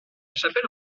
chapelle